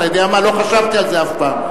אתה יודע מה, לא חשבתי על זה אף פעם,